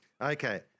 Okay